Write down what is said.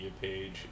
page